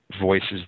voices